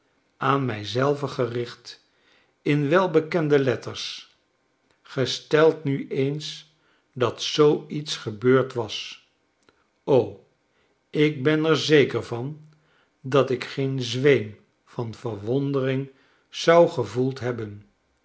aan mij zelven gericht in welbekende letters gesteld nu eens dat zoo iets gebeurd was o ik ben er zeker van dat ik geen zweem van verwondering zougevoeld hebben